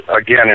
again